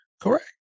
Correct